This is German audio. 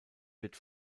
wird